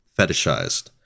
fetishized